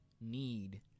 need